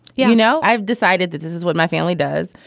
yeah you know, i've decided that this is what my family does.